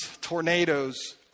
tornadoes